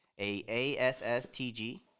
A-A-S-S-T-G